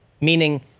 meaning